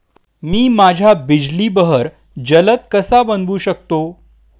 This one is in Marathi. मी माझ्या बिजली बहर जलद कसा बनवू शकतो?